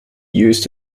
used